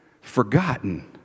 forgotten